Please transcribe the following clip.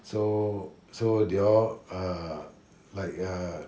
so so they all err like err